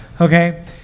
Okay